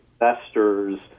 investors